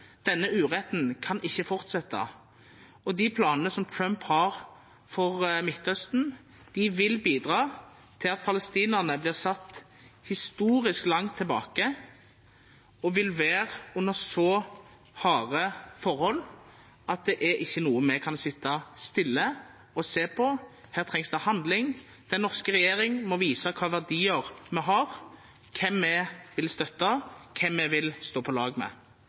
Denne uretten kan ikke fortsette. De planene som Trump har for Midtøsten, vil bidra til at palestinerne blir satt historisk langt tilbake. De vil være under så harde forhold at det ikke er noe vi kan sitte stille og se på. Her trengs det handling. Den norske regjering må vise hvilke verdier vi har, hvem vi vil støtte, og hvem vi vil være på lag med.